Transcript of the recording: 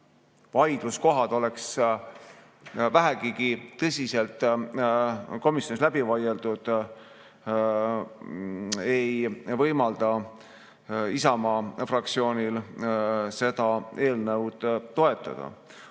vaidluskohad oleks vähegi tõsiselt komisjonis läbi vaieldud, ei võimalda Isamaa fraktsioonil seda eelnõu toetada.